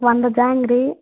వంద జాంగ్రీ